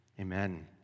Amen